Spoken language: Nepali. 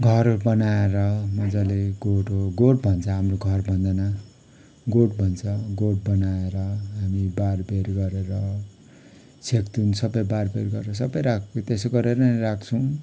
घर बनाएर मजाले गोरु गोठ भन्छ हाम्रो घर भन्दैन गोठ भन्छ गोठ बनाएर हामी बारबेर गरेर छेकथुन सबै बारबेर गरेर सबै राख त्यसो गरेर नै राख्छौँ